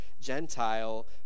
Gentile